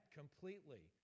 completely